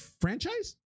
franchise